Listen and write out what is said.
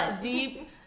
deep